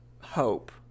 hope